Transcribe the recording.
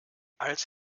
als